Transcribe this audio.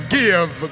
give